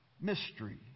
mystery